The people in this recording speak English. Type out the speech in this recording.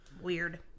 Weird